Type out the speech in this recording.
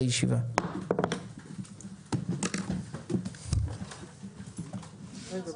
הישיבה ננעלה בשעה 14:50.